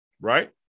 Right